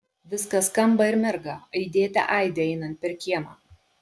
viskas skamba ir mirga aidėte aidi einant per kiemą